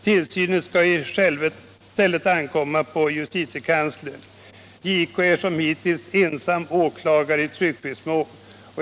Tillsynen skall i stället ankomma på JK. JK är som hittills ensam åklagare i tryckfrihetsmål.